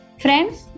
Friends